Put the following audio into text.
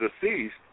deceased